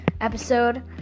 episode